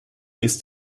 ist